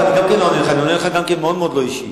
אני עונה לך גם כן מאוד לא אישי.